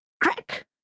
Crack